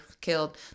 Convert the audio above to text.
killed